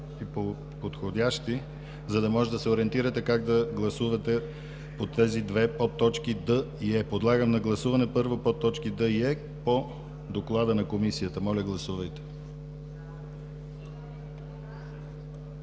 и подходящи, за да можете да се ориентирате как да гласувате по тези две подточки „д“ и „е“. Подлагам на гласуване първо подточки „д“ и „е“ по доклада на Комисията. Моля, гласувайте.